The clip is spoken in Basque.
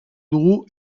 dugu